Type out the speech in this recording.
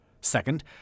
Second